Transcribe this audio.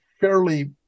fairly